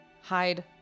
hide